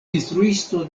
instruisto